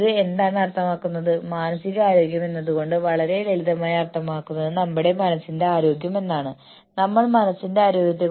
അതിനാൽ ദീർഘകാല പ്രോത്സാഹനങ്ങൾ സാധാരണയായി ഓർഗനൈസേഷന്റെ ദീർഘകാല തന്ത്രവുമായി ബന്ധപ്പെട്ടിരിക്കുന്നു